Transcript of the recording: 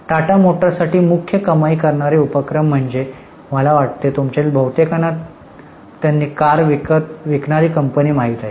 टाटा मोटर्ससाठी मुख्य कमाई करणार्या उपक्रम म्हणजे काय मला वाटते तुमच्या तील बहुतेकांना त्यांनी कार विकणारी कंपनी माहित आहे